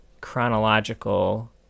Chronological